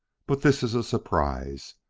but this is a surprise.